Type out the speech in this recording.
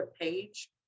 page